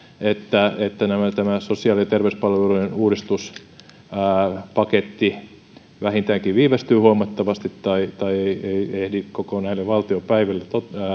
että että tämä sosiaali ja terveyspalveluiden uudistuspaketti vähintäänkin viivästyy huomattavasti tai tai ei ehdi koko näille valtiopäiville